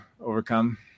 overcome